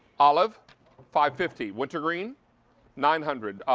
all of five fifty, winter green nine hundred,